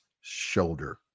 shoulder